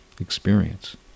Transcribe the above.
experience